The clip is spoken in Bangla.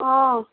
ও